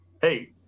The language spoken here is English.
Hey